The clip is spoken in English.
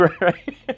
right